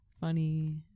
funny